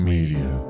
Media